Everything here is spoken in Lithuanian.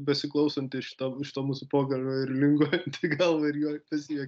besiklausantį šitą šito mūsų pokalbio ir linguojantį galvą ir besijuokiantį